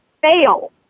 fail